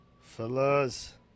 Fellas